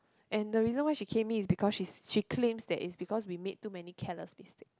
and the reason why she came me is because she she claimed that is because we made too many careless mistakes